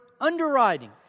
underwriting